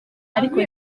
ariko